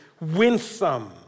winsome